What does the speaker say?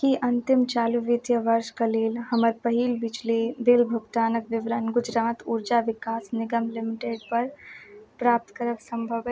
की अन्तिम चालू वित्तीय वर्षक लेल हमर पहिल पीछली बिल भुगतानक विवरण गुजरात उर्जा विकास निगम लिमिटेड पर प्राप्त करब सम्भव अइ